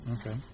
okay